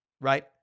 Right